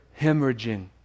hemorrhaging